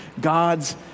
God's —